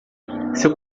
seu